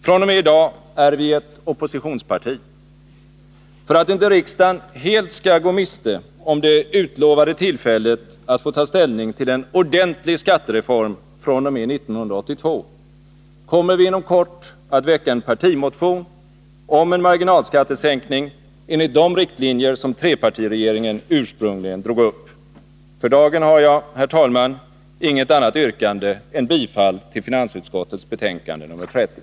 Från och med i dag är vi ett oppositionsparti. För att inte riksdagen helt skall gå miste om det utlovade tillfället att få ta ställning till en tiska åtgärder ordentlig skattereform fr.o.m. 1982 kommer vi inom kort att väcka en partimotion om en marginalskattesänkning enligt de riktlinjer som trepartiregeringen utsprungligen drog upp. För dagen har jag, herr talman, inget annat yrkande än bifall till finansutskottets betänkande nr 30.